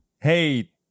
Hey